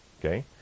Okay